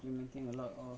mm